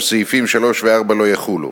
וסעיפים 3 ו-4 לא יחולו.